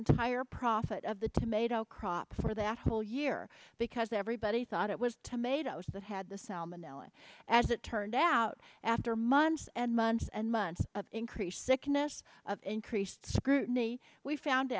entire profit of the tomato crop for that whole year because everybody thought it was tomatoes that had the salmonella as it turned out after months and months and months of increased sick this increased scrutiny we found